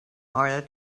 order